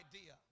idea